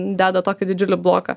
deda tokį didžiulį bloką